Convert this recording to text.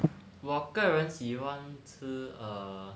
我个人喜欢 err